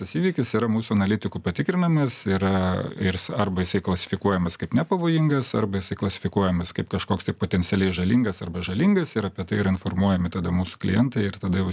tas įvykis yra mūsų analitikų patikrinamas yra ir arba jisai klasifikuojamas kaip nepavojingas arba jisai klasifikuojamas kaip kažkoks tai potencialiai žalingas arba žalingas ir apie tai yra informuojami tada mūsų klientai ir tada jau